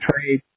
trade